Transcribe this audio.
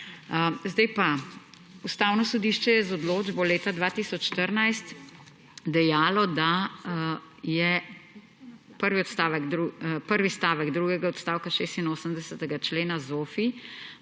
argument. Ustavno sodišče je z odločbo leta 2014 dejalo, da je prvi stavek drugega odstavka 86. člena ZOFVI